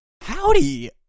Howdy